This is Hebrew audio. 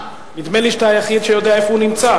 הוא נמצא